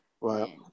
Right